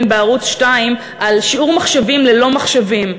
בערוץ 2 על שיעור מחשבים ללא מחשבים.